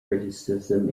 criticism